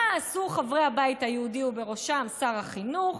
מה עשו חברי הבית היהודי, ובראשם שר החינוך?